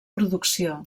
producció